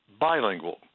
Bilingual